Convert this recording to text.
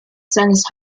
seines